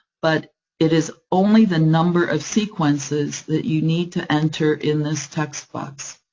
but it is only the number of sequences that you need to enter in this text box.